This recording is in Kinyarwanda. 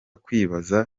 kwibaza